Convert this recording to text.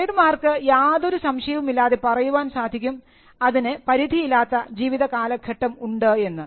trade mark യാതൊരു സംശയവുമില്ലാതെ പറയുവാൻ സാധിക്കും അതിന് പരിധിയില്ലാത്ത ജീവിതകാലഘട്ടം ഉണ്ട് എന്ന്